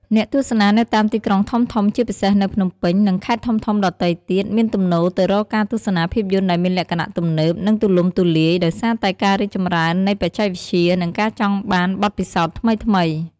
អ្នកទស្សនានៅតាមទីក្រុងធំៗ ជាពិសេសនៅ ភ្នំពេញ និងខេត្តធំៗដទៃទៀត មានទំនោរទៅរកការទស្សនាភាពយន្តដែលមានលក្ខណៈ ទំនើប និងទូលំទូលាយ ដោយសារតែការរីកចម្រើននៃបច្ចេកវិទ្យា និងការចង់បានបទពិសោធន៍ថ្មីៗ។